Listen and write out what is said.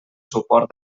suport